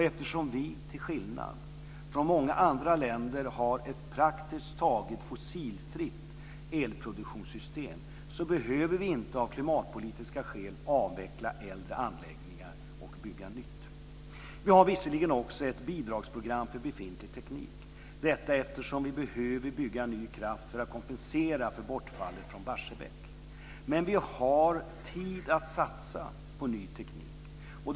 Eftersom vi, till skillnad från många andra länder, har ett praktiskt taget fossilfritt elproduktionssystem behöver vi inte av klimatpolitiska skäl avveckla äldre anläggningar och bygga nytt. Nu har vi visserligen också ett bidragsprogram för befintlig teknik. Detta eftersom vi behöver bygga för ny kraft för att kompensera för bortfallet från Barsebäck. Men vi har tid att satsa på ny teknik.